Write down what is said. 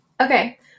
Okay